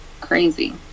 Crazy